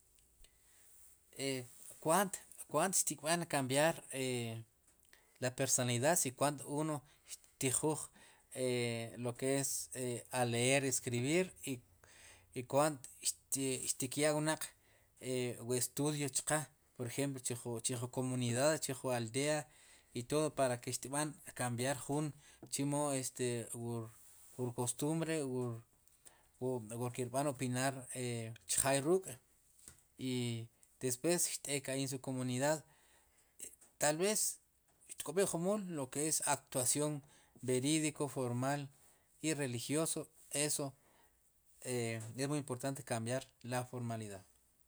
E kwaant, kwaant xtkb'an kambiar e la personalidad si kwaant uno xtijuuj lo ke es a leer y a escribir y kwaant xtik yaa wnaq wu estudio chqe por ejemplo chu jun komunidad jun aldea y todo para ke xtkb'an kambiar jun chumo wur kostumbre kb'an opinar chjay ruuk' y despues xt'ek ahi' en su komunidad talvez xtk'ob'ik jumuul lo ke es actuación verídico formal y religioso eso es muy importante kambiar la foralidad..